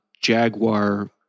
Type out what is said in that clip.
jaguar